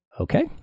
Okay